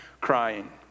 crying